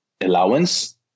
allowance